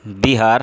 بہار